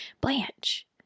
Blanche